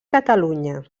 catalunya